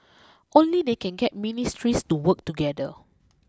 only they can get ministries to work together